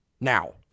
Now